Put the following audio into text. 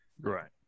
Right